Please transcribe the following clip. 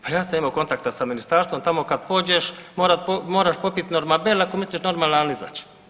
Pa ja sam imao kontakta sa ministarstvom tamo kad pođeš moraš popit Normabel ako misliš normalan izać.